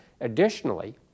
Additionally